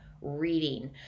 reading